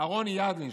אהרן ידלין,